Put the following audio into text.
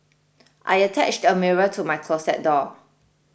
I attached a mirror to my closet door